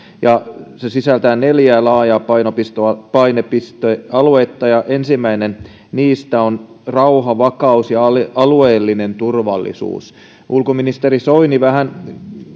se sisältää neljä laajaa painopistealuetta ja ensimmäinen niistä on rauha vakaus ja alueellinen turvallisuus ulkoministeri soini vähän